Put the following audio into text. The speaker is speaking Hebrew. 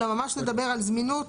אלא ממש נדבר על זמינות,